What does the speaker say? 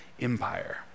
Empire